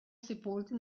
sepolti